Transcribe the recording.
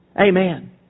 Amen